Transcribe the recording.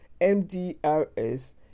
MDRS